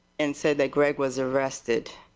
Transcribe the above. and said that greg was arrested,